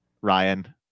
Ryan